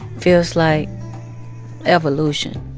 feels like evolution.